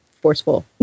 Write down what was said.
forceful